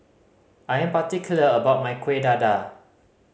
I am particular about my Kuih Dadar